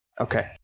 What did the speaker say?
Okay